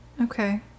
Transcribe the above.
okay